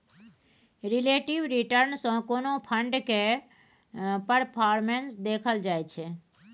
relative return सँ कोनो fund केर परफॉर्मेस देखल जाइ छै